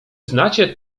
znacie